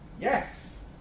Yes